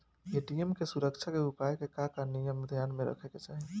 ATM के सुरक्षा उपाय के का का नियम ध्यान में रखे के चाहीं?